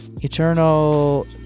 Eternal